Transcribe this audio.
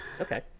okay